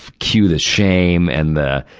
cue the shame and the,